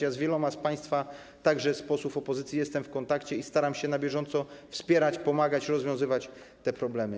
Ja z wieloma z państwa, także z posłów opozycji, jestem w kontakcie i staram się na bieżąco wspierać, pomagać, rozwiązywać te problemy.